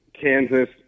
Kansas